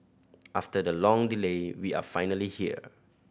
after the long delay we are finally here